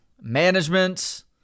management